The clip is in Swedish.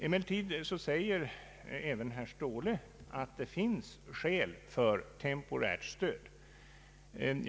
Emellertid säger herr Ståhle att det finns skäl för temporärt stöd.